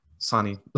Sunny